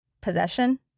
Possession